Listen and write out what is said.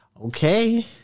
okay